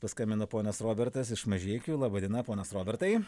paskambino ponas robertas iš mažeikių laba diena ponas robertai